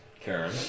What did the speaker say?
Karen